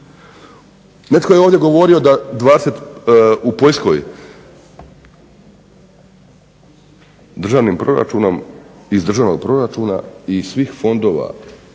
Netko je ovdje govorio da 20, u Poljskoj državnim proračunom, iz državnog